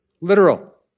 Literal